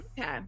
Okay